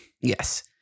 yes